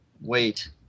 wait